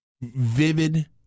vivid